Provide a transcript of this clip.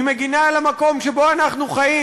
היא מגינה על המקום שבו אנחנו חיים,